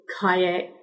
kayak